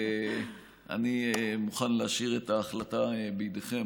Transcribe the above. אני מוכן להשאיר את ההחלטה בידיכם.